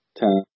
ten